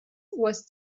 was